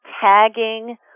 tagging